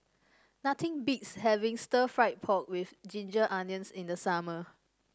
nothing beats having stir fry pork with Ginger Onions in the summer